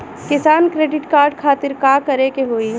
किसान credit card खातिर का करे के होई?